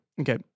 Okay